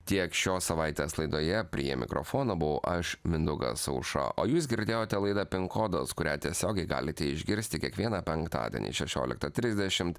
tiek šios savaitės laidoje prie mikrofono buvau aš mindaugas aušra o jūs girdėjote laidą pin kodas kurią tiesiogiai galite išgirsti kiekvieną penktadienį šešioliktą trisdešimt